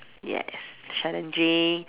yes challenging